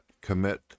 commit